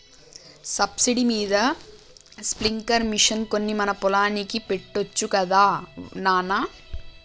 subsidy మీద sprinkler machine కొని మన పొలానికి పెట్టొచ్చు గదా నాన